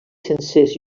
sencers